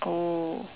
oh